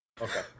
okay